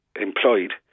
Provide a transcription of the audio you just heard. employed